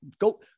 go